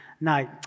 night